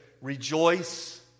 Rejoice